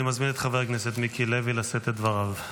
אני מזמין את חבר הכנסת מיקי לוי לשאת את דבריו.